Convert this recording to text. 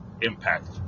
Impact